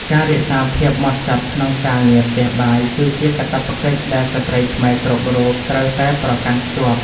ការរក្សាភាពហ្មត់ចត់ក្នុងការងារផ្ទះបាយ គឺជាកាតព្វកិច្ចដែលស្ត្រីខ្មែរគ្រប់រូបត្រូវតែប្រកាន់ខ្ជាប់។